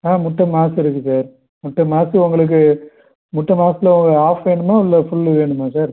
ஆ முட்டை மாஸ் இருக்குது சார் முட்டை மாஸு உங்களுக்கு முட்டை மாஸில் உங்களுக்கு ஆஃப் வேணுமா இல்லை ஃபுல்லு வேணுமா சார்